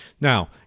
Now